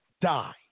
die